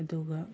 ꯑꯗꯨꯒ